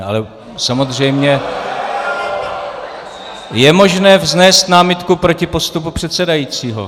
Ale samozřejmě je možné vznést námitku proti postupu předsedajícího.